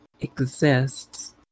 exists